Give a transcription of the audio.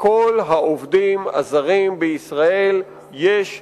לכל העובדים הזרים בישראל יש כתובת,